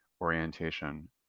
orientation